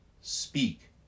Speak